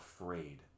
afraid